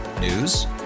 News